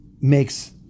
makes